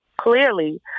clearly